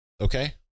Okay